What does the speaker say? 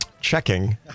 Checking